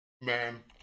Man